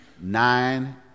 nine